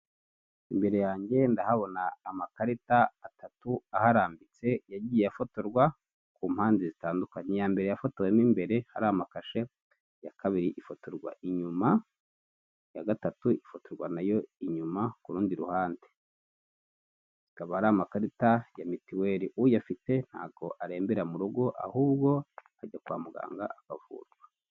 Imbere yanjye ndahabona amakarita atatu aharambitse yagiye afotorwa ku mpande zitandukanye, iya mbere yafotowe mu imbere hari amakashe, iya kabiri ifotorwa inyuma, iya gatatu ifotorwa nayo inyuma ku rundi ruhande. Akaba ari amakarita ya mituweli, uyafite ntago arembera mu rugo ahubwo ajya kwa muganga akavurwa.